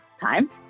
time